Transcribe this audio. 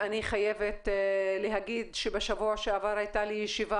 אני חייבת להגיד שבשבוע שעבר הייתה לי ישיבה